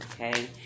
okay